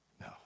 No